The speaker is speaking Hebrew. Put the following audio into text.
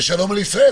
ושלום על ישראל.